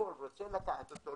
רוצה לקחת אותו,